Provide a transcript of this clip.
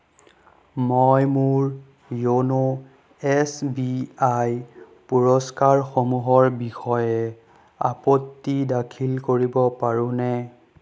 মই মোৰ য়োন' এছ বি আই পুৰস্কাৰসমূহৰ বিষয়ে আপত্তি দাখিল কৰিব পাৰোনে